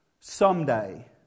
someday